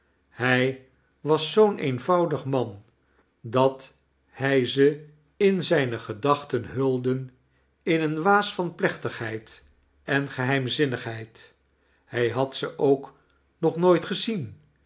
hij was zoo'n eenvoudig man dat hij ze in zijne gedachten hulde in een waas van plechtigheid en geheimzinnigheid hij had ze ook nog nooit gezien